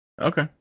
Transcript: Okay